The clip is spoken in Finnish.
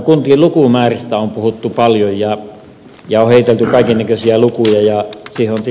kuntien lukumääristä on puhuttu paljon ja heitelty kaiken näköisiä lukuja